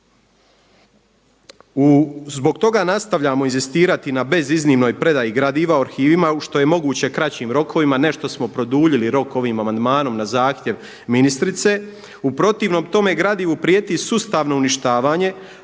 Zbog toga nastavljamo inzistirati na beziznimnoj predaji gradiva arhivima u što je moguće kraćim rokovima. Nešto smo produljili rok ovim amandmanom na zahtjev ministrice. U protivnom tome gradivu prijeti sustavno uništavanje,